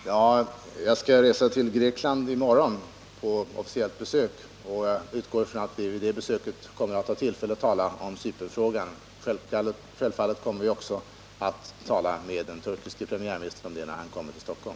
Herr talman! Jag skall resa till Grekland i morgon på officiellt besök, och jag utgår ifrån att vi vid det besöket får tillfälle att diskutera Cypernfrågan. Självfallet kommer vi också att tala med den turkiske premiärministern om detta problem när han kommer till Stockholm.